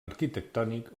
arquitectònic